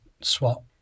swap